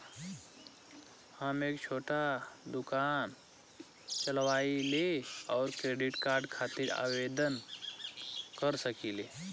हम एक छोटा दुकान चलवइले और क्रेडिट कार्ड खातिर आवेदन कर सकिले?